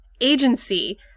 agency